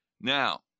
Now